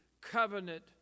covenant